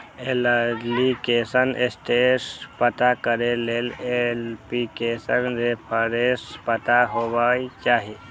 application status पता करै लेल एप्लीकेशन रेफरेंस पता हेबाक चाही